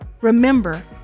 Remember